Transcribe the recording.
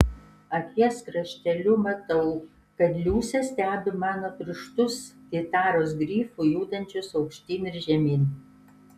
akies krašteliu matau kad liusė stebi mano pirštus gitaros grifu judančius aukštyn ir žemyn